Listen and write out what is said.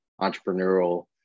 entrepreneurial